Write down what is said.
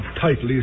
tightly